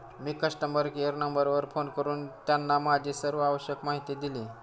मी customer care नंबरवर phone करून त्यांना माझी सर्व आवश्यक माहिती दिली